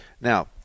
Now